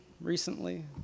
recently